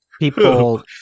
People